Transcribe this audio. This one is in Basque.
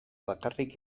bakarrik